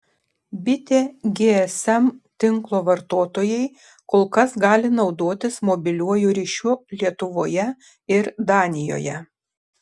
bitė gsm tinklo vartotojai kol kas gali naudotis mobiliuoju ryšiu lietuvoje ir danijoje